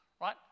right